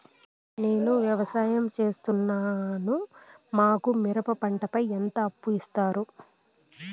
నేను వ్యవసాయం సేస్తున్నాను, మాకు మిరప పంటపై ఎంత అప్పు ఇస్తారు